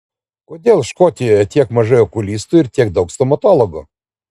kodėl škotijoje tiek mažai okulistų ir tiek daug stomatologų